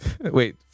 Wait